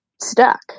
stuck